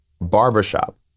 Barbershop